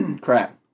crap